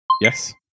Yes